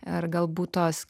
ar galbūt tos